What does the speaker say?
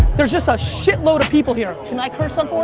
there's just a shitload of people here. can i curse on